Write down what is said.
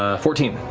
ah fourteen.